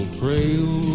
trail